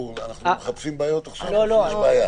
אנחנו מחפשים בעיות עכשיו או שיש בעיה?